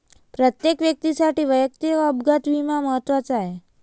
प्रत्येक व्यक्तीसाठी वैयक्तिक अपघात विमा महत्त्वाचा आहे